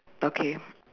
okay